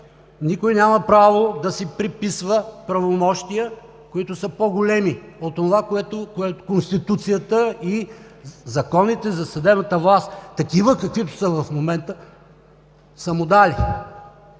никой няма право да си приписва правомощия, които са по-големи от онова, което Конституцията и законите за съдебната власт, каквито са в момента, са му дали.